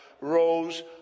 rose